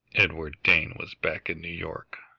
edward dane was back in new york!